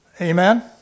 Amen